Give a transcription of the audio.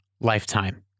lifetime